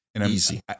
Easy